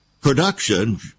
production